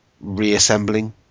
reassembling